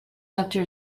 after